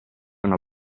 una